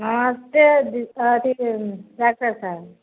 नमस्ते अथी डाक्टर साहब